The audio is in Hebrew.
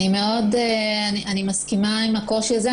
אני מסכימה עם הקושי הזה.